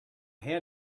head